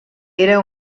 era